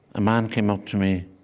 a man came up to me.